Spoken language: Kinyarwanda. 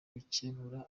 gukebura